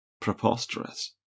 preposterous